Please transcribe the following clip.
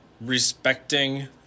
respecting